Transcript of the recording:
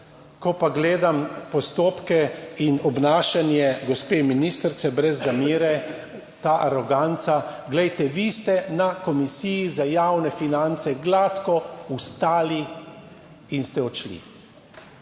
ko pa gledam postopke in obnašanje gospe ministrice, brez zamere, ta aroganca… Glejte, vi ste na Komisiji za javne finance gladko vstali in ste odšli,